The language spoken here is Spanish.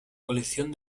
colección